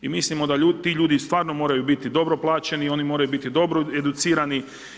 I mislimo da ti ljudi stvarno moraju biti dobro plaćeni, oni moraju biti dobro educirani.